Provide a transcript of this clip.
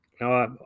now